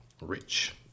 rich